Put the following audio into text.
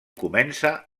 comença